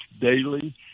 daily